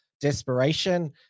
desperation